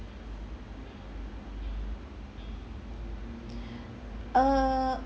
uh